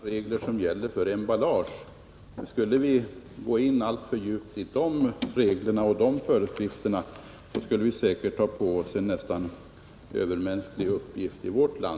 Herr talman! Jag utgår ifrån att det är mycket svårt för oss att kunna göra mycket åt de internationella regler som gäller för emballage. Skulle vi gå in alltför djupt i de reglerna och de föreskrifterna skulle vi i vårt land säkert ta på oss en nästan övermänsklig uppgift.